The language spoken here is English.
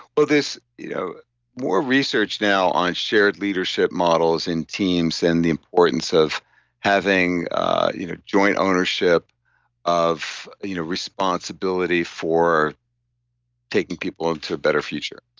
well there's you know more research now on shared leadership models and teams and the importance of having you know joint ownership of you know responsibility for taking people into a better future.